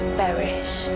perish